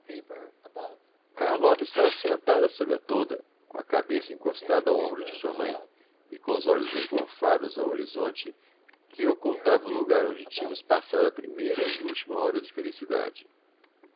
carlota estava sentada sob a tolda com a cabeça encostada ao ombro de sua mãe e com os olhos engolfados no horizonte que ocultava o lugar onde tínhamos passado a primeira e última hora de felicidade